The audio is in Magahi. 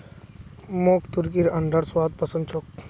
मोक तुर्कीर अंडार स्वाद पसंद छोक